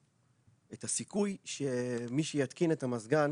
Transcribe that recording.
את הסיכוי שמי שיקטין את המזגן